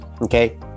okay